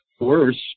worse